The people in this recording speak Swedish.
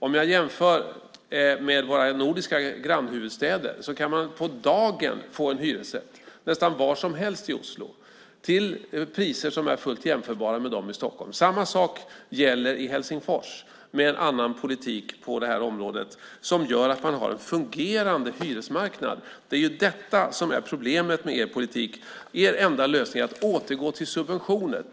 Om jag jämför med våra nordiska grannhuvudstäder så kan man på dagen få en hyresrätt nästan var som helst i Oslo till priser som är fullt jämförbara med dem i Stockholm. Samma sak gäller i Helsingfors med en annan politik på det här området som gör att man har en fungerande hyresmarknad. Det är ju detta som är problemet med er politik. Er enda lösning är att återgå till subventioner.